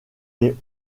les